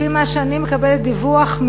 לפי דיווח שאני מקבלת מתושבים,